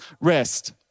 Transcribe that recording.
rest